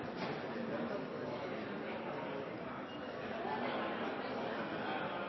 stinettet